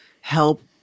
help